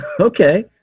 Okay